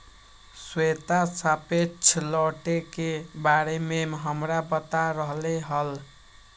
श्वेता सापेक्ष लौटे के बारे में हमरा बता रहले हल